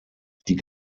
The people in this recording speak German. die